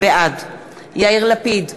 בעד יאיר לפיד,